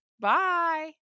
bye